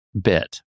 bit